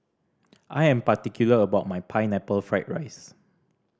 I am particular about my Pineapple Fried rice